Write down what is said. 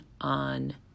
on